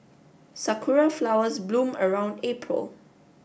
sakura flowers bloom around April